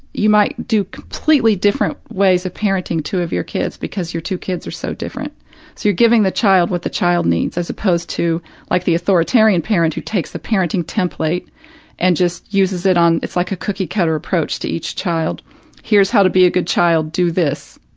you might do completely different ways of parenting two of your kids because your two kids are so different, so you're giving the child what the child needs as opposed to like the authoritarian parent who takes the parenting template and just uses it on it's like a cookie cutter approach to each child here's how to be a good child, do this,